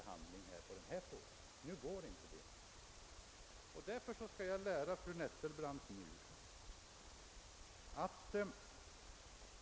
Jag skall nu lära fru Nettelbrandt hur det går till.